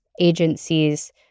agencies